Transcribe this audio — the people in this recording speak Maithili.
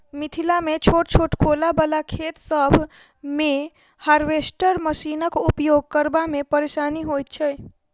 मिथिलामे छोट छोट कोला बला खेत सभ मे हार्वेस्टर मशीनक उपयोग करबा मे परेशानी होइत छै